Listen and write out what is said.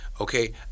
Okay